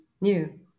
new